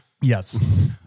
Yes